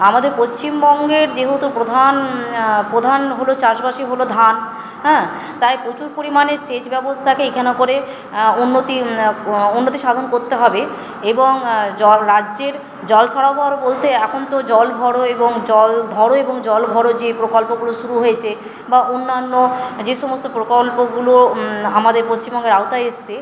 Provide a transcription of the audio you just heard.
আমাদের পশ্চিমবঙ্গের যেহেতু প্রধান প্রধান হলো চাষবাসই হলো ধান হ্যাঁ তাই প্রচুর পরিমাণে সেচ ব্যবস্থাকে করে উন্নতি উন্নতি সাধন করতে হবে এবং রাজ্যের জল সরবরাহ বলতে এখন তো জল ভরো এবং জল ধরো এবং জল ভরো যে প্রকল্পগুলো শুরু হয়েছে বা অন্যান্য যে সমস্ত প্রকল্পগুলো আমাদের পশ্চিমবঙ্গের আওতায় এসছে